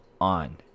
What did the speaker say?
on